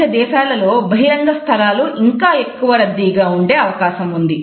తూర్పు మధ్య దేశాలలో బహిరంగ స్థలాలు ఇంకా ఎక్కువ రద్దీగా ఉండే అవకాశం ఉంది